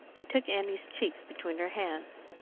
and took annie's cheeks between her hands.